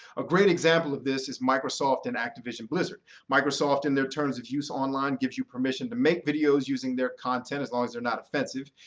a great example of this is microsoft and activision blizzard. microsoft, in their terms of use online, gives you permission to make videos using their content, as long as they're not offensive,